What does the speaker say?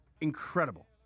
incredible